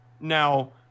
Now